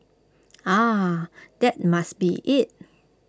ah that must be IT